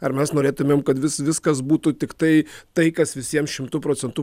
ar mes norėtumėm kad vis viskas būtų tiktai tai kas visiems šimtu procentų